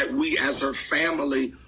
we, as her family,